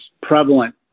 prevalent